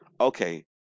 Okay